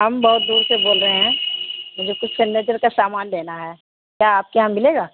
ہم بہت دور سے بول رہے ہیں مجھے کچھ فرنیچر کا سامان لینا ہے کیا آپ کے یہاں ملے گا